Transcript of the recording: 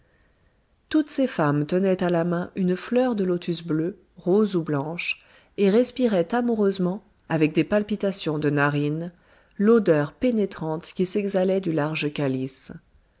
toutes ces femmes tenaient à la main une fleur de lotus bleue rose ou blanche et respiraient amoureusement avec des palpitations de narines l'odeur pénétrante qui s'exhalait du large calice